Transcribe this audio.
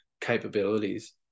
capabilities